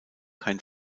kein